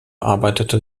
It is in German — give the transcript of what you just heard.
arbeitete